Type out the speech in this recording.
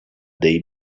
day